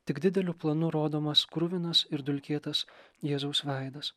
tik dideliu planu rodomas kruvinas ir dulkėtas jėzaus veidas